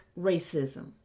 racism